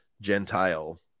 Gentile